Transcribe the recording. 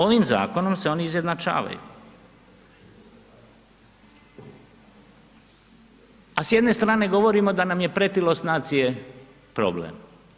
Ovim zakonom se oni izjednačavaju, a s jedne strane govorimo da nam je pretilost nacije problem.